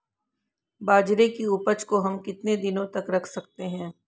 बाजरे की उपज को हम कितने दिनों तक रख सकते हैं?